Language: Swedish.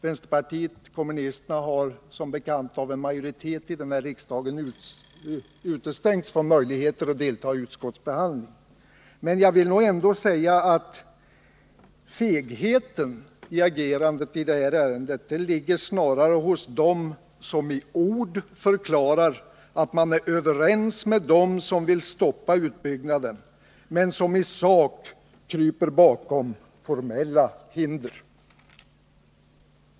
Vänsterpartiet kommunisterna har som bekant av en majoritet av denna riksdag utestängts från möjlighet att delta i utskottbehandlingen. Jag vill ändå säga att jag tycker att fegheten i agerandet i samband med det här ärendet snarare ligger hos dem som i ord förklarar att de är överens med dem som vill stoppa utbyggnaden men som i sak kryper bakom formella hinder.